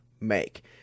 make